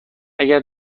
اگر